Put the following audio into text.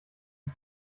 die